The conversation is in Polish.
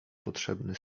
potrzebny